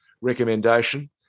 recommendation